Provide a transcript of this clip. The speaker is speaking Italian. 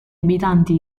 abitanti